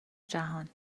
جهان